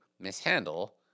mishandle